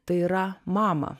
tai yra mamą